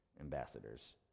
ambassadors